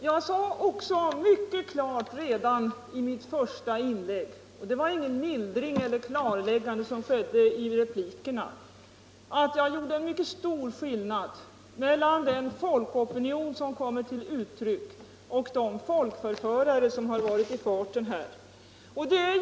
Jag uttalade även mycket klart redan i mitt första inlägg — det var 111 ingen mildring och inget klarläggande som följde i replikerna — att jag gjorde en mycket stor skillnad mellan den folkopinion som kommer till uttryck och de folkförförare som har varit i farten här.